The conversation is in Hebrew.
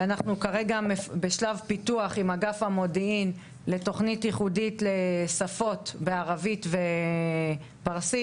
אנחנו כרגע בשלב פיתוח לתוכנית ייחודית לשפות הערבית והפרסית,